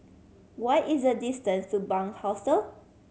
what is the distance to Bunc Hostel